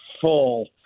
full